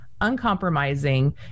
uncompromising